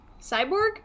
Cyborg